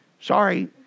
Sorry